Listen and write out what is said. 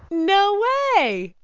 no way.